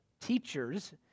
Teachers